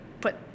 put